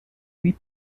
huit